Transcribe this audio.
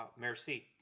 merci